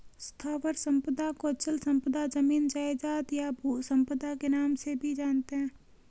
स्थावर संपदा को अचल संपदा, जमीन जायजाद, या भू संपदा के नाम से भी जानते हैं